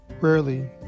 Rarely